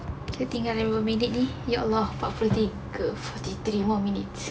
tinggal berapa minit ni ya allah empat puluh tiga forty three more minutes